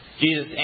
Jesus